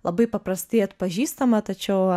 labai paprastai atpažįstama tačiau